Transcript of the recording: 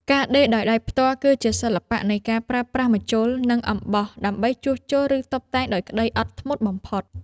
ការដេរដោយដៃផ្ទាល់ គឺជាសិល្បៈនៃការប្រើប្រាស់ម្ជុល និងអំបោះដើម្បីជួសជុល ឬតុបតែងដោយក្តីអត់ធ្មត់បំផុត។